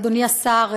אדוני השר,